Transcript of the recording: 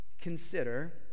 consider